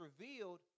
revealed